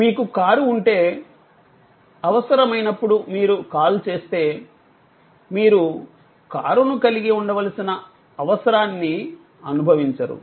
మీకు కారు ఉంటే అవసరమైనప్పుడు మీరు కాల్ చేస్తే మీరు కారును కలిగి ఉండవలసిన అవసరాన్ని అనుభవించరు